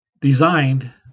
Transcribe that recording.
Designed